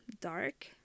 dark